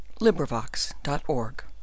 LibriVox.org